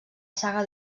saga